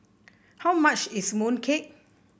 how much is mooncake